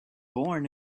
born